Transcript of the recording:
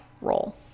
role